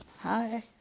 Hi